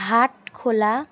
Hatkhola